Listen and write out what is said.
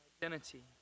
identity